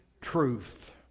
truth